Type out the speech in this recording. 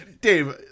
Dave